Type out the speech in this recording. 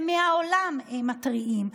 ומהעולם מתריעים,